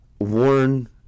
warn